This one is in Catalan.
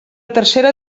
tercera